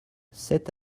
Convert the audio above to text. sept